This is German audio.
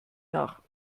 nach